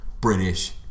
British